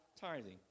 tithing